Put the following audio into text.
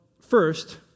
first